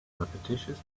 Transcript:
repetitious